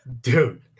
dude